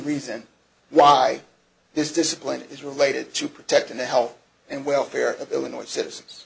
reason why this discipline is related to protecting the health and welfare of illinois citizens